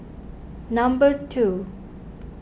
number two